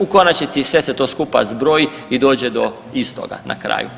U konačnici sve se to skupa zbroji i dođe do istoga na kraju.